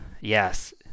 Yes